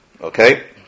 Okay